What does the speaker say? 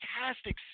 fantastic